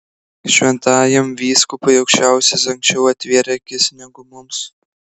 šventajam vyskupui aukščiausias anksčiau atvėrė akis negu mums